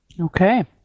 Okay